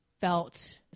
felt